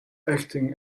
acting